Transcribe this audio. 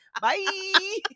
Bye